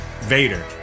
Vader